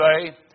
say